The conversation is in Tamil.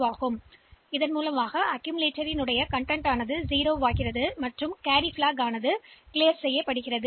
ஆகவே அக்கீம்லெட்டரில் அடங்கியிருப்பது 0 ஆக மாறும் மேலும் கேரி பிளாக்யும் அழிக்கப்படும்